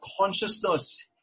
consciousness